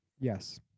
yes